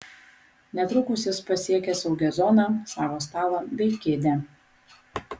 netrukus jis pasiekė saugią zoną savo stalą bei kėdę